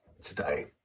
today